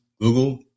Google